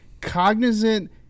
cognizant